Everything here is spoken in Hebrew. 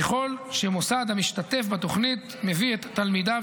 ככל שמוסד המשתתף בתוכנית מביא את תלמידיו